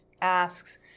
asks